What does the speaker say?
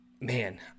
Man